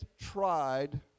tried